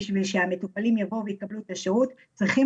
על מנת שהמטופלים יבואו ויקבלו פה את השירות צריכים